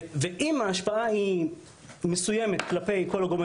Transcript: ואם ההשפעה היא מסוימת כלפי כל גורמי